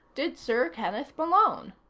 did sir kenneth malone.